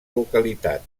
localitat